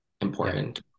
important